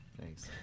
Thanks